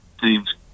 Teams